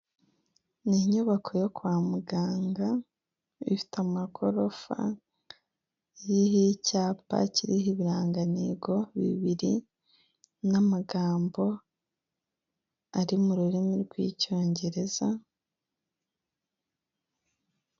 Ni inyubako yo kwa muganga ifite amagorofa iriho icyapa kiriho ibirangantego bibiri n'amagambo ari mu rurimi rw'icyongereza.